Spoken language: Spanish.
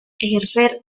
ejercer